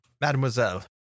mademoiselle